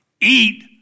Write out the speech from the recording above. eat